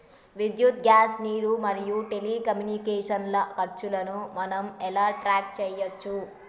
విద్యుత్ గ్యాస్ నీరు మరియు టెలికమ్యూనికేషన్ల ఖర్చులను మనం ఎలా ట్రాక్ చేయచ్చు?